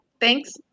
Thanks